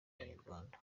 abanyarwanda